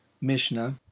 Mishnah